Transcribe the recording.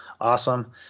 awesome